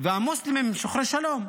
והמוסלמים הם שוחרי שלום.